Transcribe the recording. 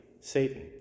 Satan